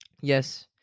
yes